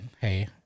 hey